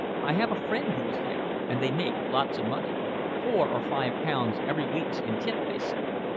i have a friend who is there, and they make lots of money four or five pounds every week in tips, they say.